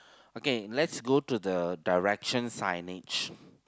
okay let's go to the direction signage